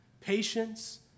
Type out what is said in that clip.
patience